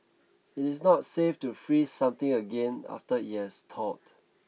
it is not safe to freeze something again after it has thawed